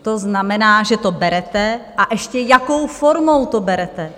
To znamená, že to berete, a ještě jakou formou to berete!